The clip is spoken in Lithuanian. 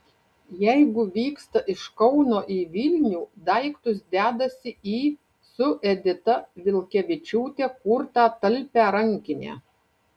jeigu vyksta iš kauno į vilnių daiktus dedasi į su edita vilkevičiūte kurtą talpią rankinę